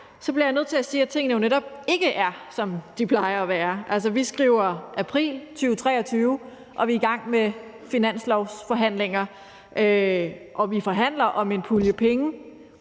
så bliver jeg nødt til at sige, at tingene jo netop ikke er, som de plejer at være. Altså, vi skriver april 2023, og vi er i gang med finanslovforhandlinger, og vi forhandler om en pulje penge,